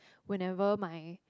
whenever my